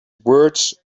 words